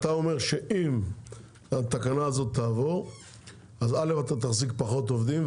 אתה אומר שאם התקנה הזו תעבור אז אתה תחזיק פחות עובדים,